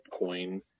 Bitcoin